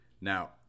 Now